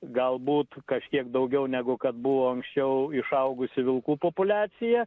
galbūt kažkiek daugiau negu kad buvo anksčiau išaugusi vilkų populiacija